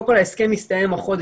קודם כל ההסכם מסתיים בעוד חודש,